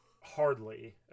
hardly